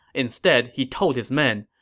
instead, he told his men,